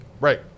right